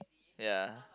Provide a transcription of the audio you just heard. ya